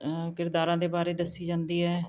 ਕਿਰਦਾਰਾਂ ਦੇ ਬਾਰੇ ਦੱਸੀ ਜਾਂਦੀ ਹੈ